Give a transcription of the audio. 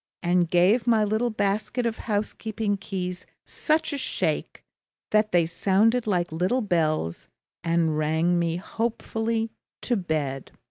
and gave my little basket of housekeeping keys such a shake that they sounded like little bells and rang me hopefully to bed.